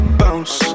bounce